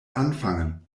anfangen